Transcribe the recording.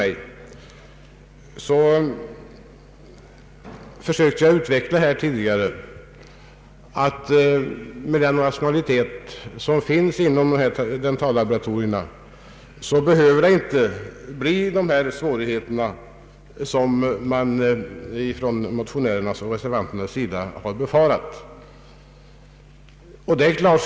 Jag försökte tidigare utveckla mina synpunkter på detta, nämligen att dentallaboratorierna bedrivs så rationellt, att de svårigheter som motionärerna och reservanterna befarar, inte behöver uppstå.